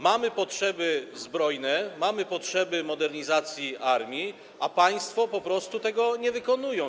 Mamy potrzeby zbrojne, mamy potrzeby modernizacji armii, a państwo po prostu tego nie wykonują.